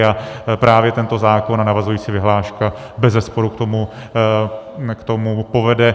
A právě tento zákon a navazující vyhláška bezesporu k tomu povede.